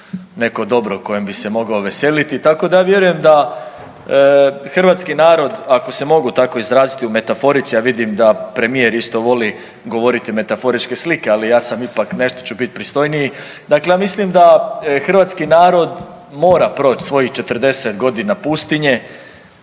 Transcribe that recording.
neko dobro kojem bi se mogao veseliti, tako da ja vjerujem da hrvatski narod, ako se mogu tako izraziti u metaforici, a vidim da premijer isto voli govoriti metaforičke slike, ali ja sam ipak, nešto ću biti pristojniji, dakle ja mislim da hrvatski narod mora proći svojih 40 godina pustinje,